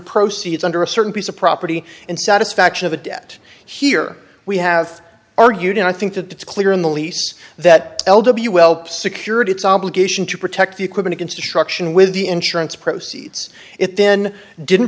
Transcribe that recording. proceeds under a certain piece of property and satisfaction of the debt here we have argued and i think that it's clear in the lease that l w well security its obligation to protect the equipment construction with the insurance proceeds it then didn't